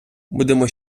будемо